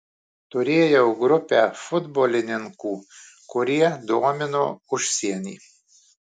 turėjau grupę futbolininkų kurie domino užsienį